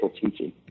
teaching